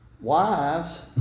wives